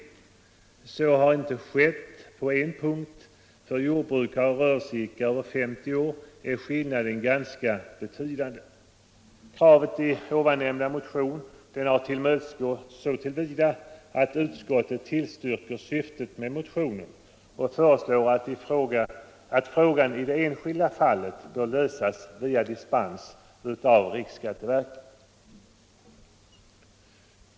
Så har inte skett beträffande en punkt — för jordbrukare och rörelseidkare över 50 år är skillnaden ganska betydande. Kravet i ovannämnda motion har tillmötesgåtts så till vida att utskottet tillstyrker syftet med motionen och föreslår att frågan i det enskilda fallet skall lösas via dispens av riksskatteverket.